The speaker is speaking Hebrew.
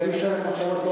זה משטרת מחשבות?